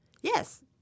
Yes